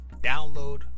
Download